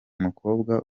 mukobwa